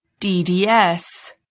DDS